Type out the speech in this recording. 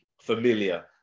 familiar